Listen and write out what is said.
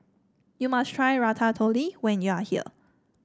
you must try Ratatouille when you are here